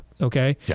okay